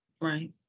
Right